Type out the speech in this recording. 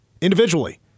individually